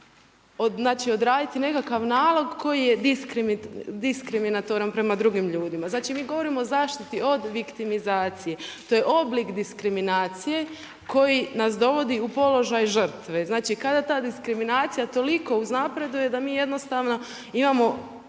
odbile odraditi nekakav nalog koji je diskriminatoran prema drugim ljudima. Znači mi govorimo o zaštiti od viktimizacije. To je oblik diskriminacije koji nas dovodi u položaj žrtve, znači kada ta diskriminacija toliko uznapreduje da mi jednostavno imamo